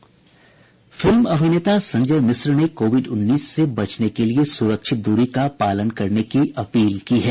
film अभिनेता संजय मिश्रा ने Covid उन्नीस से बचने के लिये सुरक्षित दूरी का पालन करने की अपील की है